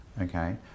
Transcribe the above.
okay